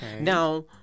Now